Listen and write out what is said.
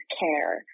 care